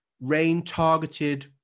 rain-targeted